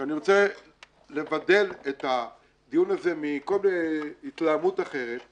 שאני רוצה לבדל את הדיון הזה מכל התלהמות אחרת.